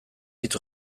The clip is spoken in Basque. hitz